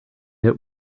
hit